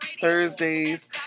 Thursdays